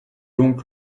donc